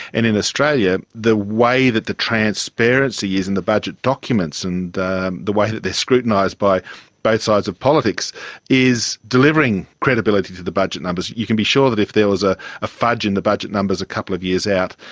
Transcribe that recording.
and in australia the way that the transparency is in the budget documents and the the way that they are scrutinised by both sides of politics is delivering credibility to the budget numbers. you can be sure that if there was a ah fudge in the budget numbers a couple of years out,